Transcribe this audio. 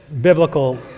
biblical